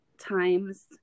times